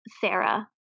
Sarah